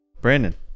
Brandon